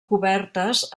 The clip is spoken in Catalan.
cobertes